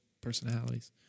personalities